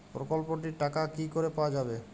প্রকল্পটি র টাকা কি করে পাওয়া যাবে?